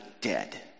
dead